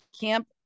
camp